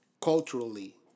Culturally